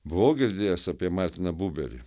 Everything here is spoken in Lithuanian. buvau girdėjęs apie martiną buberį